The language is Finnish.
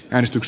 väristyx